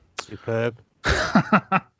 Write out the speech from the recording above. Superb